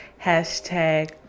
hashtag